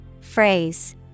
Phrase